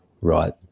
right